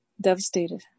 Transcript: devastated